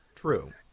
True